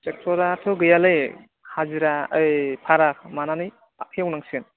ट्रेक्टराथ' गैयालै हाजिरा ओइ भारा लानानै एवनांसिगोन